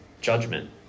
judgment